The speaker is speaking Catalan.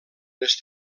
les